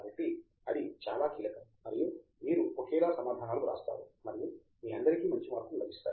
కాబట్టి అది చాలా కీలకం మరియు మీరు ఒకేలా సమాధానాలు వ్రాస్తారు మరియు మీ అందరికీ మంచి మార్కులు లభిస్తాయి